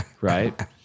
right